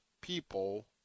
people